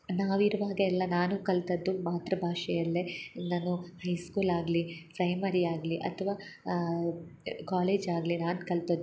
ನಾವಿರುವಾಗ ಎಲ್ಲ ನಾನು ಕಲ್ತದ್ದು ಮಾತೃಭಾಷೆಯಲ್ಲೆ ನಾನು ಹೈಸ್ಕೂಲ್ ಆಗಲಿ ಫ್ರೈಮರಿ ಆಗಲಿ ಅಥ್ವಾ ಕಾಲೇಜ್ ಆಗಲಿ ನಾನು ಕಲ್ತದ್ದು